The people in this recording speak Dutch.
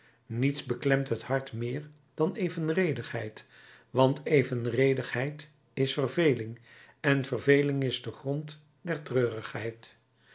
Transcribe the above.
niets beklemt het hart meer dan evenredigheid want evenredigheid is verveling en verveling is de grond der treurigheid